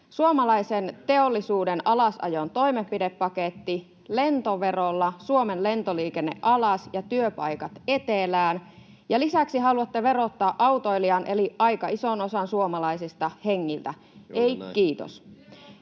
suomalaisen teollisuuden alasajon toimenpidepaketti, lentoverolla Suomen lentoliikenne alas ja työpaikat etelään, ja lisäksi haluatte verottaa autoilijat eli aika ison osan suomalaisista hengiltä. Ei, kiitos.